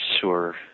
sure